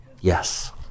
Yes